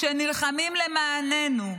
שנלחמים למעננו.